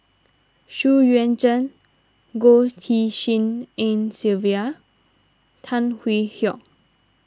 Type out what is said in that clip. Xu Yuan Zhen Goh Tshin En Sylvia Tan Hwee Hock